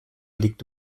liegt